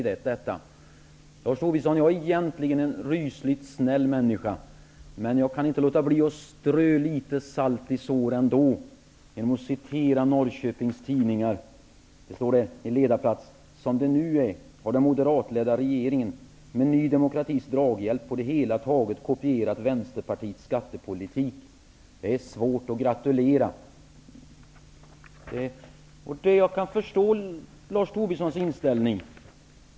Jag är egentligen en rysligt snäll människa, men jag kan ändå inte låta bli att strö litet salt i såren genom att citera Norrköpings Tidningar på ledarplats, där det framhålls: ''Som det nu är har den moderatledda regeringen, med ny demokratis draghjälp, på det hela taget kopierat vänsterpartiets skattepolitik. Det är svårt att gratulera.'' Jag kan förstå Lars Tobissons inställning.